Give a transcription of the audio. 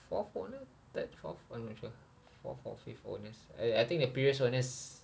fourth owner third fourth I'm not sure fourth or fifth owners uh I think the previous owners